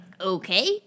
Okay